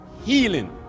healing